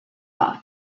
off